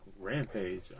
Rampage